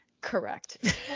Correct